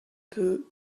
peu